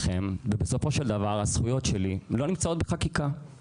כמי שהייתה עורכת דין שליוותה חלק לוועדות מהסוג הזה,